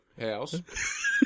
house